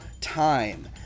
time